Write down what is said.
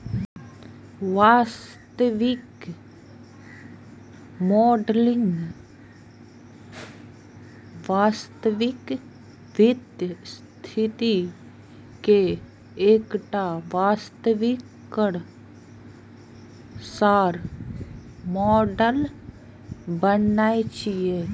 वित्तीय मॉडलिंग वास्तविक वित्तीय स्थिति के एकटा वास्तविक सार मॉडल बनेनाय छियै